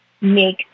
make